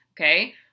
okay